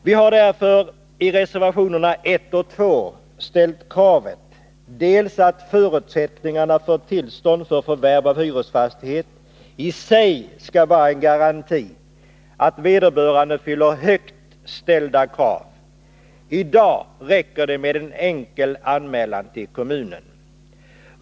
Vi har därför i reservationerna 1 och 2 ställt kravet att förutsättningarna för tillstånd för förvärv av hyresfastighet i sig skall vara en garanti för att vederbörande fyller högt ställda anspråk. I dag räcker det med en enkel anmälan till kommunen.